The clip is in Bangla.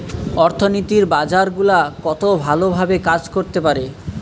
অর্থনীতির বাজার গুলা কত ভালো ভাবে কাজ করতে পারে